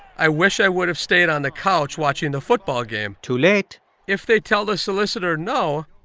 i wish i would have stayed on the couch watching the football game too late if they tell the solicitor no,